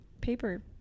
paper